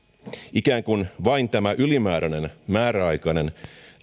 ikään kuin vain tämä ylimääräinen määräaikainen